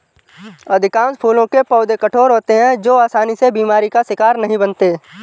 अधिकांश फूलों के पौधे कठोर होते हैं जो आसानी से बीमारी का शिकार नहीं बनते